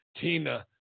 Tina